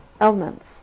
Elements